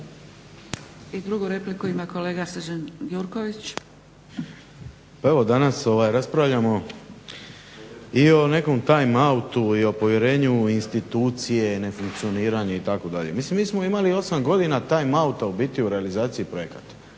I drugu repliku ima kolega Srđan Gjurković. **Gjurković, Srđan (HNS)** Pa evo danas raspravljamo i o nekom time-out-u i o povjerenju u institucije i nefunkcioniranje itd. Mislim mi smo imali 8 godina time-out-a u biti u realizaciji projekata,